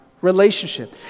relationship